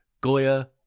Goya